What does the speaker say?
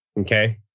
Okay